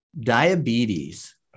diabetes